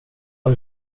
har